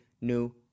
new